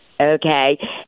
Okay